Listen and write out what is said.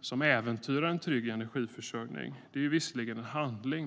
som äventyrar en trygg energiförsörjning är visserligen en handling.